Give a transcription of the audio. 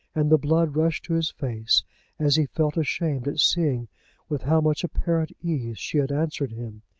and the blood rushed to his face as he felt ashamed at seeing with how much apparent ease she had answered him.